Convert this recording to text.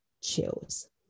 chills